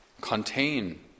contain